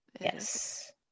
yes